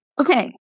Okay